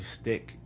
stick